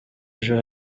ejo